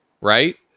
right